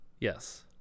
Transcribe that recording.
yes